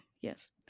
yes